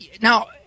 now